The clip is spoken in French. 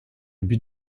but